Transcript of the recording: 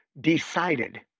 decided